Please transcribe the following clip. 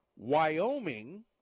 Wyoming